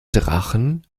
drachen